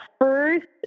first